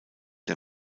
der